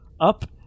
Up